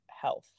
health